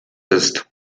ist